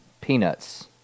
Peanuts